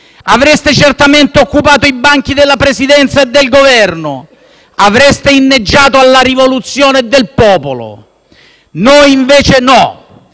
Avreste certamente occupato i banchi della Presidenza e del Governo e inneggiato alla rivoluzione del popolo. Noi invece no,